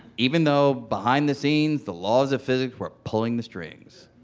even though, behind the scenes, the laws of physics were pulling the strings